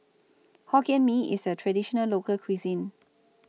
Hokkien Mee IS A Traditional Local Cuisine